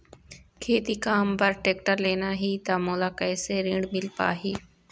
खेती काम बर टेक्टर लेना ही त मोला कैसे ऋण मिल पाही?